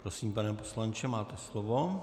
Prosím, pane poslanče, máte slovo.